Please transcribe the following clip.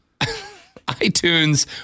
iTunes